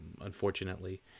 unfortunately